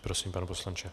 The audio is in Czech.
Prosím, pane poslanče.